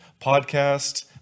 podcast